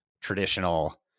traditional